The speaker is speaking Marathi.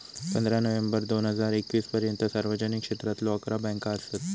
पंधरा नोव्हेंबर दोन हजार एकवीस पर्यंता सार्वजनिक क्षेत्रातलो अकरा बँका असत